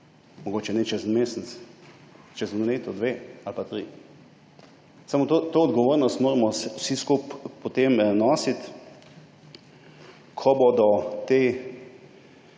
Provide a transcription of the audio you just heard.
Mogoče ne čez en mesec, čez eno leto, dve ali pa tri. Samo to odgovornost moramo vsi skupaj potem nositi, ko bodo v